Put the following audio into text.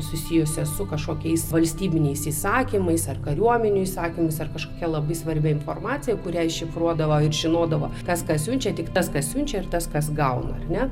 susijusi su kažkokiais valstybiniais įsakymais ar kariuomenių įsakymais ar kažkokia labai svarbia informacija kurią šifruodavo ir žinodavo kas ką siunčia tik tas kas siunčia ir tas kas gauna ar ne